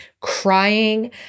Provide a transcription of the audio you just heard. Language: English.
crying